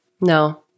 No